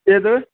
ഏത്